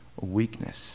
weakness